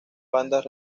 bandas